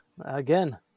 again